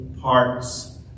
parts